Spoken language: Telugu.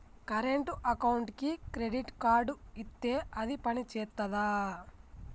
కరెంట్ అకౌంట్కి క్రెడిట్ కార్డ్ ఇత్తే అది పని చేత్తదా?